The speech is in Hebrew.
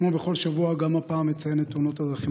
כמו בכל שבוע גם הפעם אציין את תאונות הדרכים